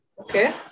Okay